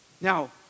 Now